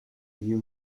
you